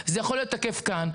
זה יכול להיות תקף כאן.